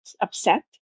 upset